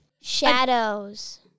Shadows